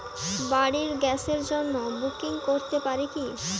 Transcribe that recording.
বাড়ির গ্যাসের জন্য বুকিং করতে পারি কি?